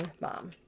mom